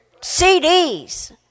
CDs